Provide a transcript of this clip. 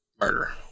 murder